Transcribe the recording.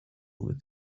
with